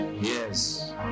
Yes